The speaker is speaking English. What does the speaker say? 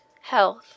health